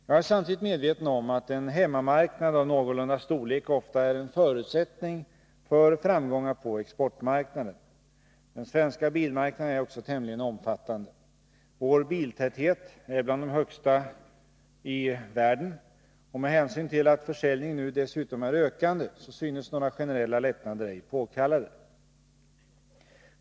Jag är samtidigt medveten om att en hemmamarknad av någorlunda stor omfattning ofta är en förutsättning för framgångar på exportmarknaden. Den svenska bilmarknaden är också tämligen omfattande. Sverige hör till de länder som har den största biltätheten i världen. Med hänsyn till att försäljningen nu dessutom är ökande synes några generella lättnader ej påkallade.